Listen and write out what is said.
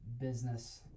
business